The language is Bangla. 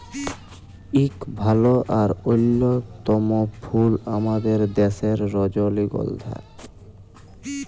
ইক ভাল আর অল্যতম ফুল আমাদের দ্যাশের রজলিগল্ধা